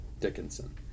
Dickinson